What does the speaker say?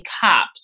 cops